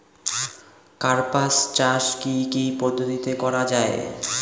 কার্পাস চাষ কী কী পদ্ধতিতে করা য়ায়?